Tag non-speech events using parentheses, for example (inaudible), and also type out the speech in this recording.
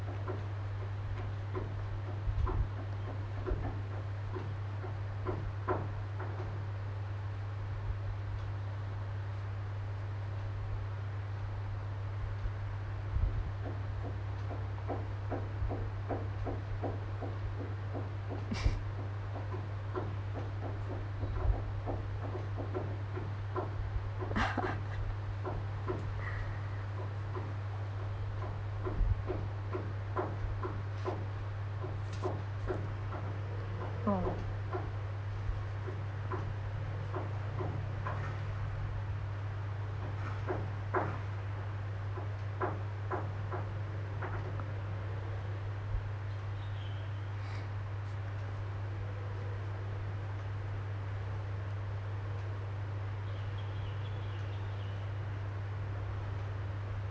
(noise) (laughs) oh (noise)